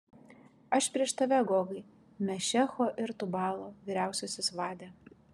aš prieš tave gogai mešecho ir tubalo vyriausiasis vade